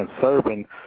serving